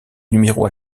numéros